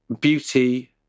beauty